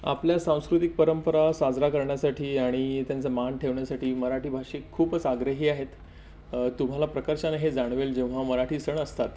आपल्या सांस्कृतिक परंपरा साजरा करण्यासाठी आणि त्यांचं मान ठेवण्यासाठी मराठी भाषिक खूपच आग्रही आहेत तुम्हाला प्रकर्षाने हे जाणवेल जेव्हा मराठी सण असतात